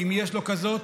אם יש לו כזאת.